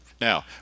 Now